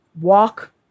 Walk